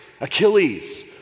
Achilles